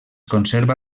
conserva